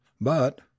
But—